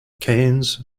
keynes